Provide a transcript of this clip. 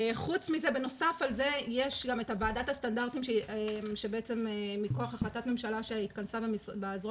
בנוסף על זה יש את ועדת הסטנדרטים שמכוח החלטת ממשלה שהתכנסה בזרוע